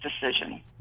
decision